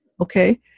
okay